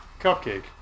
Cupcake